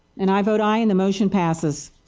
and i vote aye and the motion passes.